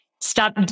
stop